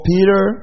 Peter